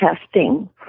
testing